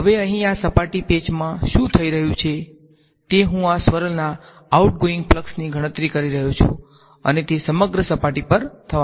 હવે અહીં આ સપાટી પેચમાં શું થઈ રહ્યું છે તે હું આ સ્વર્લ ના આઉટગોઇંગ ફ્લક્ષની ગણતરી કરી રહ્યો છું અને તે સમગ્ર સપાટી પર થવાનું છે